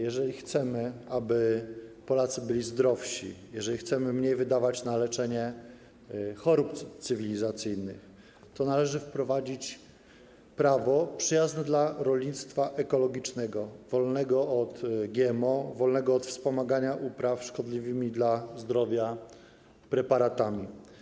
Jeżeli chcemy, aby Polacy byli zdrowsi, jeżeli chcemy mniej wydawać na leczenie chorób cywilizacyjnych, to należy wprowadzić prawo przyjazne dla rolnictwa ekologicznego wolnego od GMO, wolnego od wspomagania upraw szkodliwymi dla zdrowia preparatami.